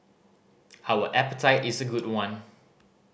our appetite is a good one